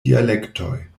dialektoj